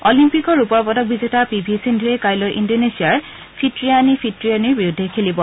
অলিম্পিকৰ ৰূপৰ পদক বিজেতা পি ভি সিন্ধুৰে কাইলৈ ইণ্ডোনেছিয়াৰ ফিটৰিয়ানি ফিটৰিয়ানিৰ বিৰুদ্ধে খেলিব